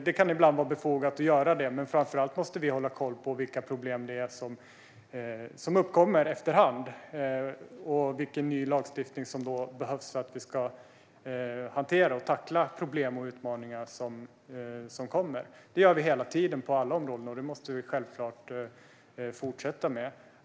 Det kan ibland vara befogat att göra det, men framför allt måste vi hålla koll på vilka problem som uppkommer efter hand och vilken ny lagstiftning som behövs för att vi ska tackla de problem och utmaningar som kommer. Det gör vi hela tiden på alla områden, och det måste vi självfallet fortsätta med.